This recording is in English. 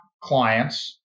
clients